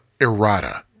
Errata